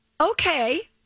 Okay